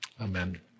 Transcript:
Amen